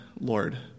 Lord